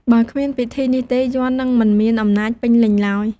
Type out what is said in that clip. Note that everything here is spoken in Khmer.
បើគ្មានពិធីនេះទេ យ័ន្តនឹងមិនមានអំណាចពេញលេញឡើយ។